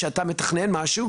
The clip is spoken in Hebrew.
שאתה מתכנן משהו,